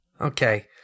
Okay